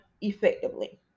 effectively